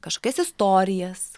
kažkokias istorijas